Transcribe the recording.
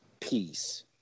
peace